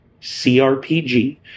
CRPG